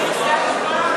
צריך להתניע מהלכים,